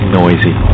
noisy